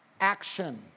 action